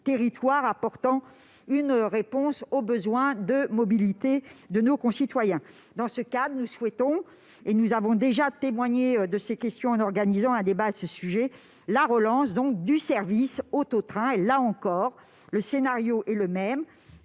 territoires, apportant une réponse aux besoins de mobilité de nos concitoyens. Dans ce cadre, nous avons déjà exprimé nos préoccupations sur ces questions en organisant un débat sur la relance du service auto-train. Là encore, le scénario est le même,